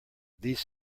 these